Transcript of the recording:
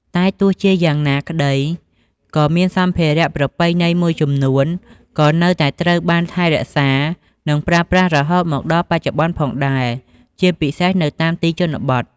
តែទោះជាយ៉ាងណាក្តីក៏មានសម្ភារៈប្រពៃណីមួយចំនួនក៏នៅតែត្រូវបានថែរក្សា និងប្រើប្រាស់រហូតមកដល់បច្ចុប្បន្នផងដែរ ជាពិសេសនៅតាមទីជនបទ។